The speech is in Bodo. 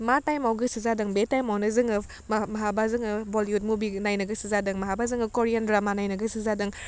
मा थाइमाव गोसो जादों बे थाइमावनो जोङो मा माबा जोङो बलिउड मुभि नायनो गोसो जादों माहाबा जोङो खरियान द्रामा नायनो गोसो जादों